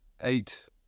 Eight